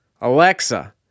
Alexa